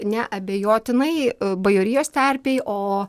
neabejotinai bajorijos terpėj o